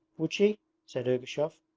would she said ergushov.